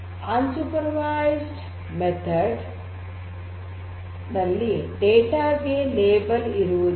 ಅನ್ಸೂಪರ್ ವೈಜ್ಡ್ method ನಲ್ಲಿ data ಗೆ label ಇರುವುದಿಲ್ಲ